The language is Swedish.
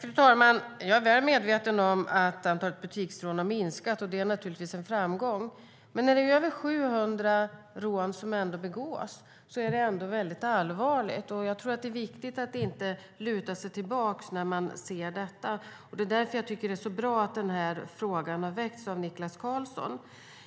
Fru talman! Jag är väl medveten om att antalet butiksrån har minskat, och det är naturligtvis en framgång. Men när det är över 700 rån som begås är det ändå väldigt allvarligt. Jag tror att det är viktigt att inte luta sig tillbaka när man ser detta. Det är därför som jag tycker att det är så bra att den här frågan har väckts av Niklas Karlsson.